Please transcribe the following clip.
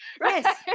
Yes